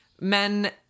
Men